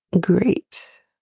great